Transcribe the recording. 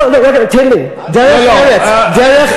דרך ארץ,